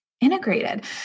integrated